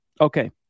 Okay